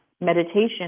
meditation